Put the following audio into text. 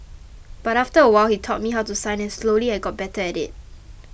but after a while he taught me how to sign and slowly I got better at it